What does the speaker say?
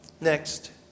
Next